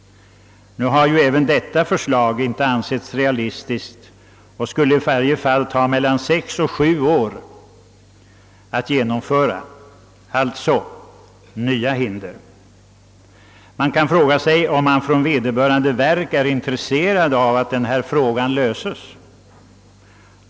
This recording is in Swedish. Nu har ju detta förslag inte heller ansetts realistiskt, och det skulle i varje fall ta sex, sju år att genomföra — alltså reses nya hinder. Det förefaller som om man från vederbörande verk inte vore intresserad av att denna fråga Jlöses.